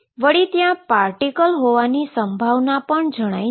વળી ત્યાં પાર્ટીકલ હોવાની સંભાવના જણાય છે